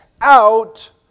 out